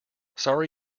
sorry